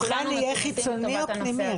המבחן יהיה חיצוני או פנימי?